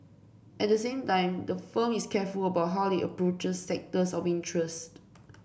at the same time the firm is careful about how it approaches sectors of interest